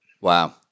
Wow